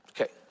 Okay